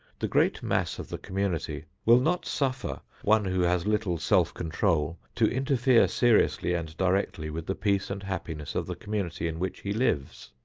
the great mass of the community will not suffer one who has little self-control to interfere seriously and directly with the peace and happiness of the community in which he lives.